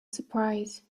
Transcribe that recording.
surprise